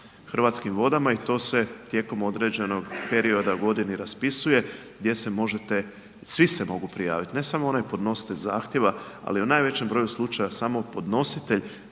Hrvatskim vodama i to se tijekom određenog perioda u godini raspisuje gdje se možete, svi se mogu prijaviti, ne samo onaj podnositelj zahtjeva, ali u najvećem broju slučajeva, samo podnositelj